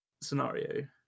scenario